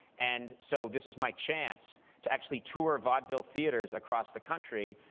and so, this is my chance to actually tour vaudeville theaters across the country,